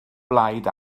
blaid